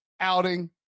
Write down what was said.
outing